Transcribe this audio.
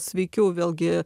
sveikiau vėlgi